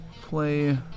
play